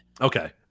Okay